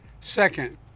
Second